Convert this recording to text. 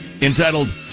entitled